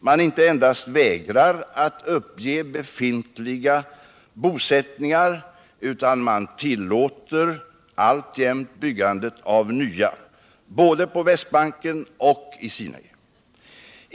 Man inte endast vägrar att uppge befintliga bosättningar, utan man tillåter alltjämt byggandet av nya, både på Västbanken och i Sinaiöknen.